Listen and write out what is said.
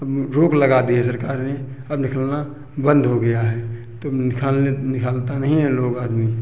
अब रोक लगा दी है सरकार ने अब निकलना बंद हो गया है तब निकालने निकलता नहीं है लोग आदमी